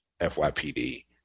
FYPD